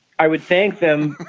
i would thank them